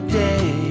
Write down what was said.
day